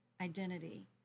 identity